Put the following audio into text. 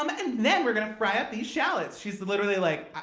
um and then we're going to fry up these shallots. she's literally like,